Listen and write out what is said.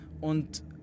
und